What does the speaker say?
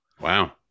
Wow